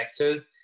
vectors